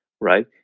right